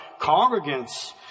congregants